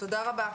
תודה רבה,